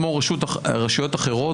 כמו רשויות אחרות,